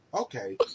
okay